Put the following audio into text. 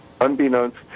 unbeknownst